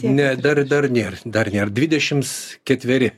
ne dar dar nėra dar nėr dvidešims ketveri